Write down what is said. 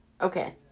okay